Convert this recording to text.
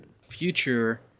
future